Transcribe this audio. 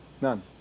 None